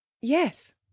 Yes